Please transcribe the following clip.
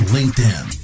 LinkedIn